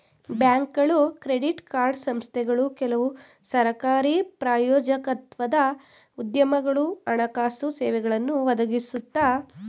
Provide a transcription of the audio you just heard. ಬ್ಯಾಂಕ್ಗಳು credit card ಸಂಸ್ಥೆಗಳು ಕೆಲವು ಸರಕಾರಿ ಪ್ರಾಯೋಜಕತ್ವದ ಉದ್ಯಮಗಳು ಹಣಕಾಸು ಸೇವೆಗಳನ್ನು ಒದಗಿಸುತ್ತೆ